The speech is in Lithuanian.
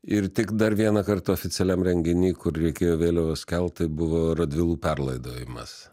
ir tik dar vieną kartą oficialiam renginy kur reikėjo vėliavas kelt tai buvo radvilų perlaidojimas